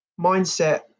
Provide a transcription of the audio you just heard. mindset